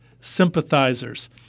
sympathizers